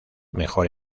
mejor